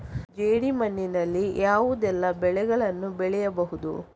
ಜೇಡಿ ಮಣ್ಣಿನಲ್ಲಿ ಯಾವುದೆಲ್ಲ ಬೆಳೆಗಳನ್ನು ಬೆಳೆಯಬಹುದು?